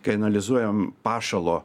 kai analizuojam pašalo